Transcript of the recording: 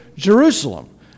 Jerusalem